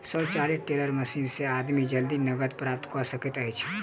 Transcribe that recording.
स्वचालित teller machine से आदमी जल्दी नकद प्राप्त कय सकैत अछि